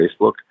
Facebook